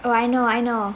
oh I know I know